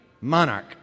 monarch